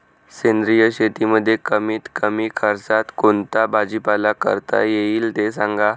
सेंद्रिय शेतीमध्ये कमीत कमी खर्चात कोणता भाजीपाला करता येईल ते सांगा